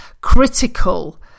critical